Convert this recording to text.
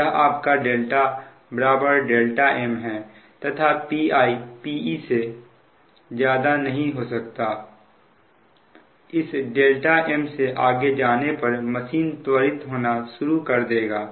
यह आपका δ m है तथा Pi Peसे ज्यादा नहीं हो सकता और इस m से आगे जाने पर मशीन त्वरित होना शुरू कर देगा